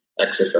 XFL